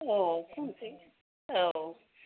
औ औ